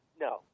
No